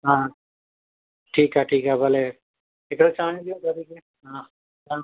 हा ठीकु आहे ठीकु आहे भले